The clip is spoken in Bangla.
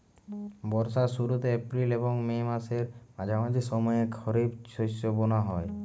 বর্ষার শুরুতে এপ্রিল এবং মে মাসের মাঝামাঝি সময়ে খরিপ শস্য বোনা হয়